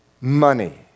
money